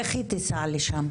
איך היא תיסע לשם?